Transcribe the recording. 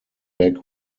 back